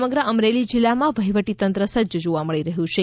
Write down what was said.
સમગ્ર અમરેલી જિલ્લામા વહીવટી તંત્ર સજ્જ જોવા મળી રહ્યું છે